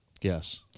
Yes